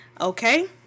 Okay